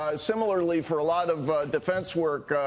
ah similarly for a lot of defense work,